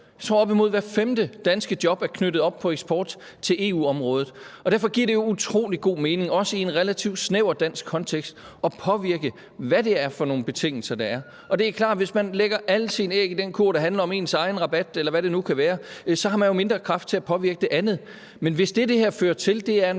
at op imod hver femte danske job er knyttet op på eksport til EU-området, og derfor giver det utrolig god mening, også i en relativt snæver dansk kontekst, at påvirke, hvad det er for nogen betingelser, der er. Det er klart, at hvis man lægger alle sine æg i den kurv, der handler om ens egen rabat, eller hvad det nu kan være, så har man jo mindre kraft til at påvirke det andet. Men hvis det, det her fører til, er en